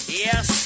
yes